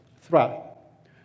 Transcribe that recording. threat